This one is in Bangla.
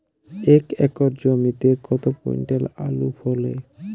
এক একর জমিতে কত কুইন্টাল আলু ফলে?